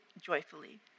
joyfully